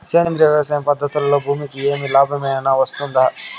సేంద్రియ వ్యవసాయం పద్ధతులలో భూమికి ఏమి లాభమేనా వస్తుంది?